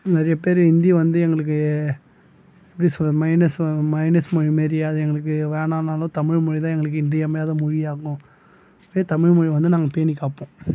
நிறைய பேரு ஹிந்தி வந்து எங்களுக்கு எப்படி சொல்கிறது மைனஸ்ஸை மைனஸ் மொழிமாரி அது எங்களுக்கு வேணாம்னாலும் தமிழ்மொழிதான் எங்களுக்கு இன்றியமையாத மொழியாகும் எப்போயும் தமிழ்மொழி வந்து நாங்கள் பேணிக்காப்போம்